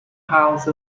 house